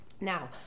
Now